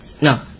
No